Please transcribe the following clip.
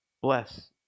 bless